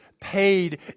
paid